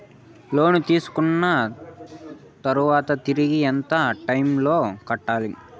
లోను తీసుకున్న తర్వాత తిరిగి ఎంత టైములో కట్టాలి